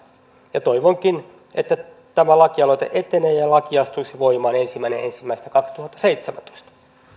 toivonkin että tämä lakialoite etenee ja laki astuisi voimaan ensimmäinen ensimmäistä kaksituhattaseitsemäntoista